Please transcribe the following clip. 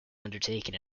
undertaken